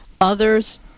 others